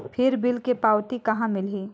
फिर बिल के पावती कहा मिलही?